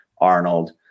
Arnold